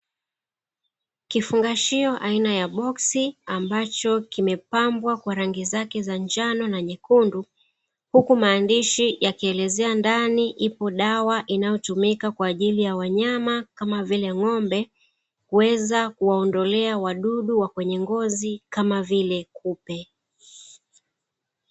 Kifungashio aina ya boksi ambacho kimepambwa kwa rangi zake za njano na nyekundu, huku maandishi yakielezea ndani ipo dawa inayotumika kwa ajili ya wanyama kama vile ng’ombe kuweza kuondolea wadudu wa kwenye ngozi kama vile kupe.